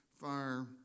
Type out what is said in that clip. fire